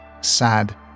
sad